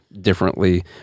differently